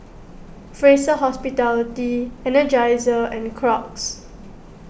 Fraser Hospitality Energizer and Crocs